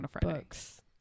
books